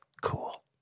Cool